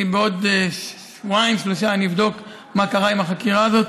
בעוד שבועיים-שלושה אני אבדוק מה קרה עם החקירה הזאת.